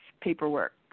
paperwork